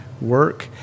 work